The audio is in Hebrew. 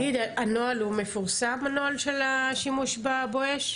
הנוהל מפורסם, הנוהל של השימוש ב"בואש"?